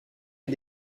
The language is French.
est